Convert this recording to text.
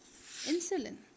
insulin